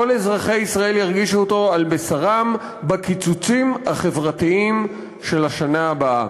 כל אזרחי ישראל ירגישו אותו על בשרם בקיצוצים החברתיים של השנה הבאה.